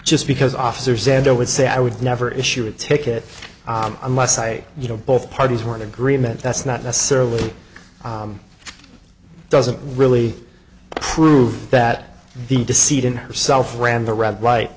just because officer sandow would say i would never issue a ticket unless i you know both parties were in agreement that's not necessarily doesn't really prove that the deceit in herself ran the red light